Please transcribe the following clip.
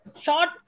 short